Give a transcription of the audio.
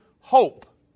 hope